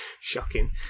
shocking